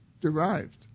derived